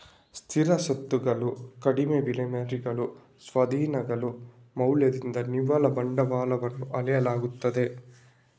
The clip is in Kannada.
ಸ್ಥಿರ ಸ್ವತ್ತುಗಳ ಕಡಿಮೆ ವಿಲೇವಾರಿಗಳ ಸ್ವಾಧೀನಗಳ ಮೌಲ್ಯದಿಂದ ನಿವ್ವಳ ಬಂಡವಾಳವನ್ನು ಅಳೆಯಲಾಗುತ್ತದೆ